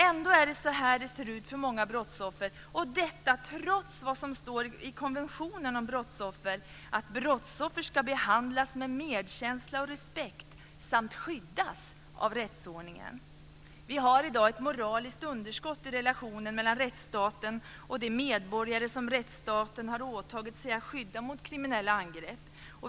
Ändå är det så här det ser ut för många brottsoffer, trots vad som står i konventionen om brottsoffer. Det heter där: "Brottsoffer ska behandlas med medkänsla och respekt samt skyddas av rättsordningen." Vi har i dag ett moraliskt underskott i relationen mellan rättsstaten och de medborgare som rättsstaten har åtagit sig att skydda mot kriminella angrepp.